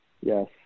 Yes